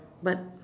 but